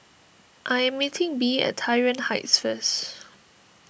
I am meeting Bee at Tai Yuan Heights first